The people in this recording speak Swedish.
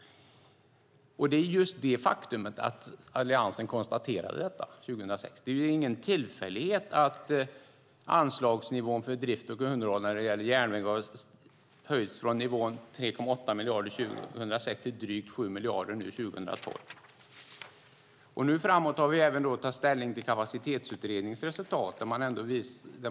Just detta faktum konstaterade Alliansen år 2006. Det är ingen tillfällighet att anslagsnivån för drift och underhåll av järnväg höjts från nivån 3,8 miljarder år 2006 till drygt 7 miljarder nu 2012. Framåt har vi att ta ställning till Kapacitetsutredningens resultat.